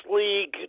League